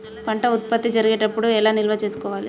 పంట ఉత్పత్తి జరిగేటప్పుడు ఎలా నిల్వ చేసుకోవాలి?